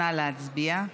נא להצביע.